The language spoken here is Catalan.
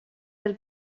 del